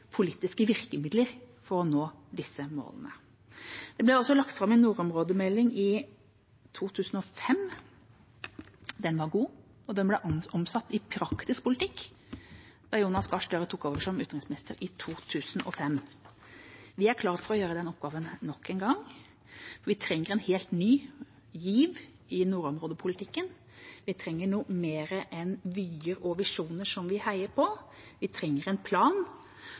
politiske virkemidler for å nå disse målene. Det ble også lagt fram en nordområdemelding i 2005. Den var god, og den ble omsatt i praktisk politikk da Jonas Gahr Støre tok over som utenriksminister i 2005. Vi er klar for å gjøre den oppgaven nok en gang. Vi trenger en helt ny giv i nordområdepolitikken. Vi trenger noe mer enn vyer og visjoner som vi heier på. Vi trenger en plan.